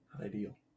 ideal